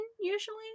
Usually